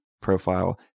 profile